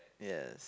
yes